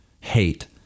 Hate